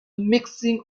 mixing